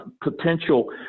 potential